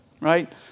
right